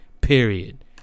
period